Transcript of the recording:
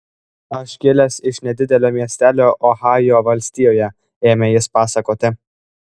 aš kilęs iš nedidelio miestelio ohajo valstijoje ėmė jis pasakoti